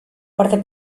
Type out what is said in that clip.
parte